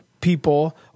people